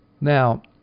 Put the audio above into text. Now